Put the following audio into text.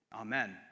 Amen